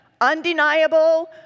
undeniable